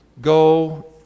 Go